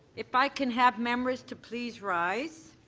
if i could have members to please rises.